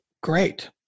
great